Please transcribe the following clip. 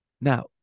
Now